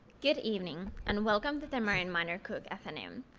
good evening and welcome to the marian miner cook athenaeum.